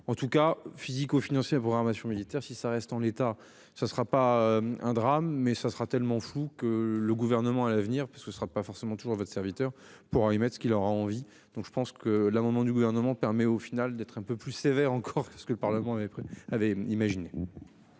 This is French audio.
En tout cas physique ou financier programmation militaire si ça reste en l'état, ce ne sera pas un drame, mais ça sera tellement flou que le gouvernement à l'avenir parce que ce sera pas forcément toujours votre serviteur pour émettre ce qu'il aura envie. Donc je pense que l'amendement du gouvernement permet au final d'être un peu plus sévère encore que que le Parlement avait prévenu